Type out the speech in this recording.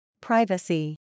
Privacy